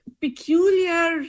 peculiar